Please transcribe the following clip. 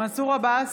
מנסור עבאס,